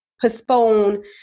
postpone